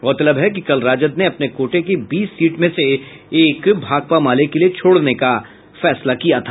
गौरतलब है कि कल राजद ने अपने कोटे की बीस सीट में से एक भाकपा माले के लिए छोड़ने का फैसला किया था